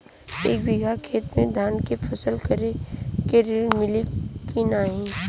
एक बिघा खेत मे धान के फसल करे के ऋण मिली की नाही?